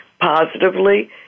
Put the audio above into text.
positively